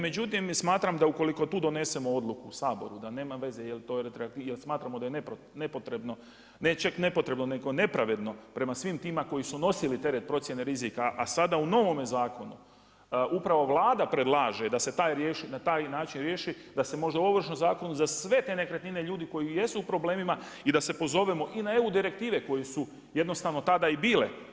Međutim smatram da ukoliko tu donesemo odluku u Saboru da nema veze, jel smatramo da je nepotrebno, ne čak nepotrebno nego nepravedno prema svim tima koji su nosili teret procjene rizika, a sada u novome zakonu upravo Vlada predlaže da se na taj način riješi da se možda u Ovršnom zakonu za sve te nekretnine ljudi koji jesu u problemima i da se pozovemo i na EU direktive koje su jednostavno tada i bile.